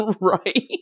right